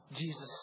Jesus